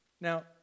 Now